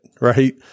right